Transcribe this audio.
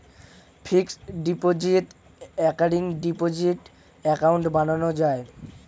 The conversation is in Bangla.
fixed deposit, recurring deposit account বানানো যায়